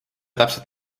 täpselt